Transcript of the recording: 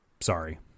Sorry